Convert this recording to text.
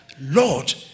Lord